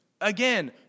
again